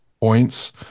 points